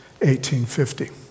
1850